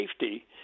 safety